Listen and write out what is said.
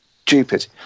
stupid